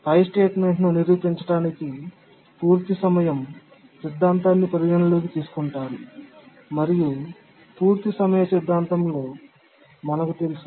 పై స్టేట్మెంట్ను నిరూపించడానికి పూర్తి సమయం సిద్ధాంతాన్ని పరిగణనలోకి తీసుకుంటారు మరియు పూర్తి సమయం సిద్ధాంతంలో మనకు తెలుసు